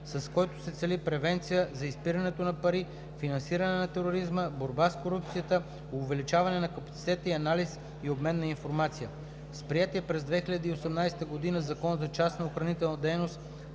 с който се цели превенция за изпирането на пари, финансирането на тероризма, борбата с корупцията, увеличаването на капацитета и анализ и обмен на информация. С приетия през 2018 г. Закон за частната охранителна дейност